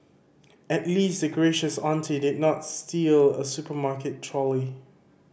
at least the gracious auntie did not steal a supermarket trolley